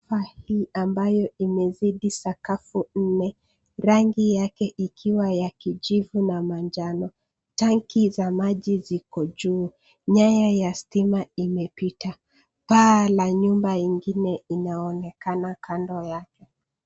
Mali ambayo imezidi sakafu nne, rangi yake ikiwa ya kijivu na manjano. Tanki za maji ziko juu. Nyanya za stima imepita. Paa ya nyumba ingine inaonekana kando yake.